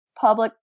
public